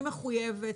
אני מחויבת,